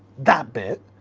that bit,